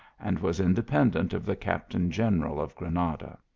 and was independent of the captain general of granada.